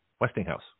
Westinghouse